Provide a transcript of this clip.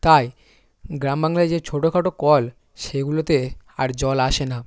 তাই গ্রামবাংলায় যে ছোটো খাটো কল সেগুলোতে আর জল আসে না